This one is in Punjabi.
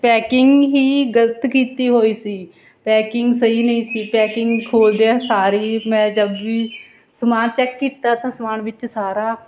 ਪੈਕਿੰਗ ਹੀ ਗਲਤ ਕੀਤੀ ਹੋਈ ਸੀ ਪੈਕਿੰਗ ਸਹੀ ਨਹੀਂ ਸੀ ਪੈਕਿੰਗ ਖੋਲ੍ਹਦਿਆ ਸਾਰ ਹੀ ਮੈਂ ਜਬ ਵੀ ਸਮਾਨ ਚੈੱਕ ਕੀਤਾ ਤਾਂ ਸਮਾਨ ਵਿੱਚ ਸਾਰਾ